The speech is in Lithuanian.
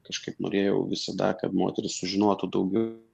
kažkaip norėjau visada kad moterys sužinotų daugiau